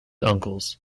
uncles